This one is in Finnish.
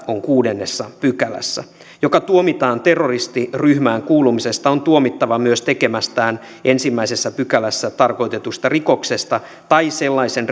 on kuudennessa pykälässä joka tuomitaan terroristiryhmään kuulumisesta on tuomittava myös tekemästään ensimmäisessä pykälässä tarkoitetusta rikoksesta tai sellaisen